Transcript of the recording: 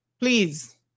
please